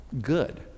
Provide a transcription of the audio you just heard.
good